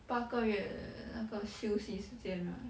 八个月那个休息时间 right